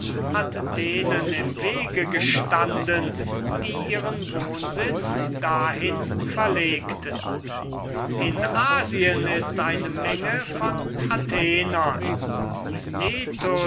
hat denen im wege gestanden die ihren wohnsitz dahin verlegten in asien ist eine menge von athenern miletus